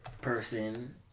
person